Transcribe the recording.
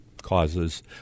causes